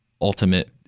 ultimate